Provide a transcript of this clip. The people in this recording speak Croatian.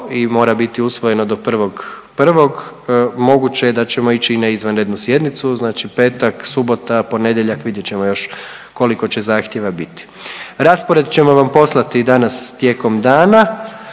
i mora biti usvojeno do 1.1., moguće je da ćemo ići i na izvanrednu sjednicu, znači petak, subota, ponedjeljak vidjet ćemo još koliko će zahtjeva biti. Raspored ćemo vam poslati danas tijekom dana